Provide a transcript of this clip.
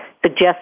suggest